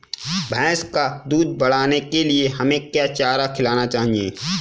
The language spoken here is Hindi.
भैंस का दूध बढ़ाने के लिए हमें क्या चारा खिलाना चाहिए?